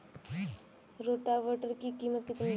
Rotavator की कीमत कितनी है?